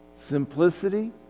simplicity